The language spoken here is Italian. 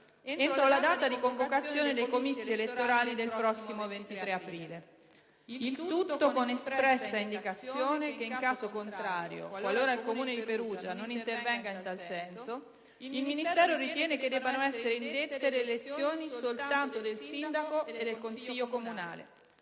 entro la data di convocazione dei comizi elettorali del prossimo 23 aprile, il tutto con espressa indicazione che in caso contrario, qualora il Comune di Perugia non intervenga in tal senso, il Ministero ritiene che debbano essere indette le elezioni soltanto per il rinnovo del sindaco e del consiglio comunale.